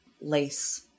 lace